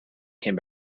came